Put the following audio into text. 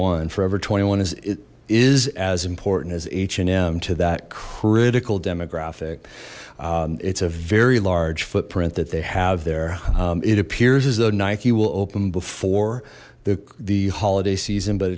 one forever twenty one is it is as important as h and m to that critical demographic it's a very large footprint that they have there it appears as though nike will open before the holiday season but